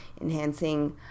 enhancing